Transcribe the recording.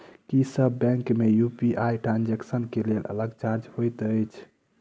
की सब बैंक मे UPI transaction केँ लेल अलग चार्ज होइत अछि?